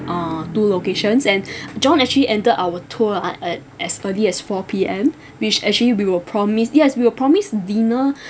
uh two locations and john actually ended our tour ah at as early as four P_M which actually we were promised yes we will promised dinner